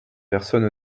personne